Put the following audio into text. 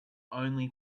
only